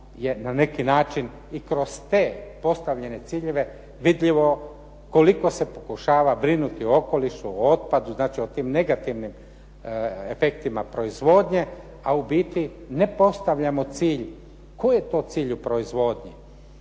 je na neki način i kroz te postavljene ciljeve vidljivo koliko se pokušava brinuti o okolišu, o otpadu. Znači, o tim negativnim efektima proizvodnje, a u biti ne postavljamo cilj koji je to cilj u proizvodnji?